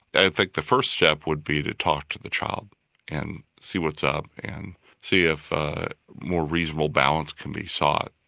i think the first step would be to talk to the child and see what's up and see if a more reasonable balance can be sought.